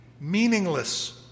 meaningless